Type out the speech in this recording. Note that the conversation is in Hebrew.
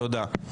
תודה.